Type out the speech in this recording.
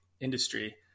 industry